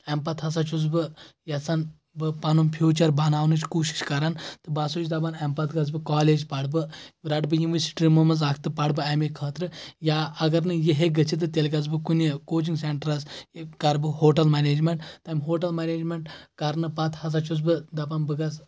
امہِ پتہٕ ہسا چھُس بہٕ یژھان بہٕ پنُن فیوٗچر بناونٕچ کوٗشش کران تہٕ بہٕ ہسا چھُس دپان اَمہِ پتہٕ گژھٕ بہٕ کالج پرٕ بہٕ رَٹہٕ بہٕ یِموٕے سٹریٖمو منٛز اکھ تہٕ پرٕ بہٕ امے خٲطرٕ یا اگر نہٕ یہِ ہیٚکہِ گٔژھِتھ تہٕ تیٚلہِ گژھٕ بہٕ کُنہِ کوچنگ سینٹرس کرٕ بہٕ ہوٹل منیجمنٹ تمہِ ہوٹل منیجمنٹ کرنہٕ پتہٕ ہسا چھُس بہٕ دپان بہٕ گژھٕ